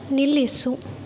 ನಿಲ್ಲಿಸು